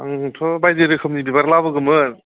आंथ' बायदि रोखोमनि बिबार लाबोगौमोन